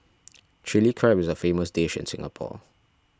Chilli Crab is a famous dish in Singapore